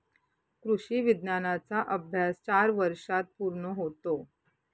कृषी विज्ञानाचा अभ्यास चार वर्षांत पूर्ण होतो